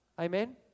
Amen